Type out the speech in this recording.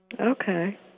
Okay